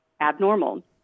abnormal